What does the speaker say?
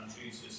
Jesus